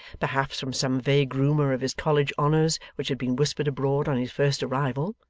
perhaps from some vague rumour of his college honours which had been whispered abroad on his first arrival,